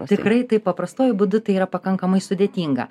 tikrai taip paprastuoju būdu tai yra pakankamai sudėtinga